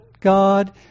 God